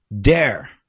dare